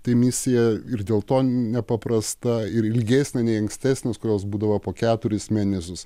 tai misija ir dėl to nepaprasta ir ilgesnė nei ankstesnės kurios būdavo po keturis mėnesius